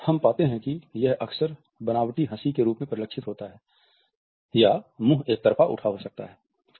और हम पाते हैं कि यह अक्सर बनावटी हंसी के रूप में परिलक्षित होता है या मुंह एक तरफ़ा उठा होता है